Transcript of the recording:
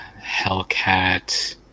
Hellcat